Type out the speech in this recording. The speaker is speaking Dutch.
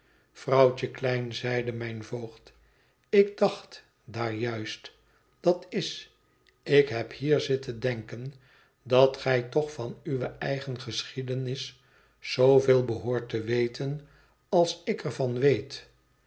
vrouwtje klein zeide mijn voogd ik dacht daar juist dat is ik heb hier zitten denken dat gij toch van uwe eigene geschiedenis zooveel behoort te weten als ik er van weet